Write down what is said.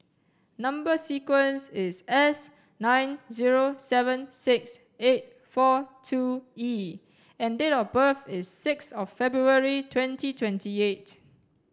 number sequence is S nine zero seven six eight four two E and date of birth is six of February twenty twenty eight